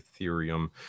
Ethereum